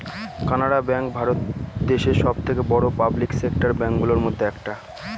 Canara bank Bharat দেশে সব থেকে বড়ো পাবলিক সেক্টর ব্যাঙ্ক গুলোর মধ্যে একটা